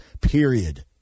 period